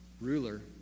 Ruler